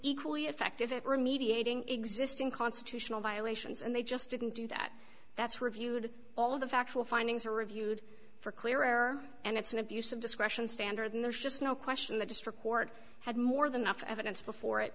equally effective it were mediating existing constitutional violations and they just didn't do that that's reviewed all of the factual findings are reviewed for clear error and it's an abuse of discretion standard and there's just no question the district court had more than enough evidence before it